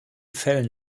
fällen